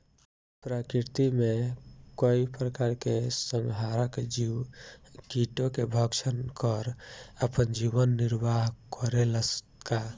प्रकृति मे कई प्रकार के संहारक जीव कीटो के भक्षन कर आपन जीवन निरवाह करेला का?